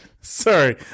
Sorry